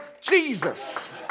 Jesus